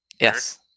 Yes